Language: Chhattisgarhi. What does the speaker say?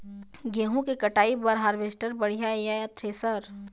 गेहूं के कटाई बर हारवेस्टर बढ़िया ये या थ्रेसर?